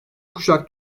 kuşak